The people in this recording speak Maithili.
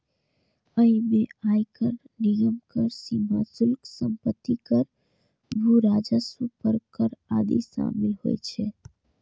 अय मे आयकर, निगम कर, सीमा शुल्क, संपत्ति कर, भू राजस्व पर कर आदि शामिल होइ छै